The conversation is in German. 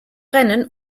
rennen